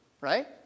right